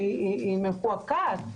ושהיא מקועקעת,